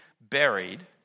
buried